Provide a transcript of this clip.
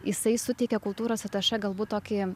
jisai suteikė kultūros atašė galbūt tokį